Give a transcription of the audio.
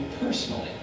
personally